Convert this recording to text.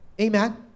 Amen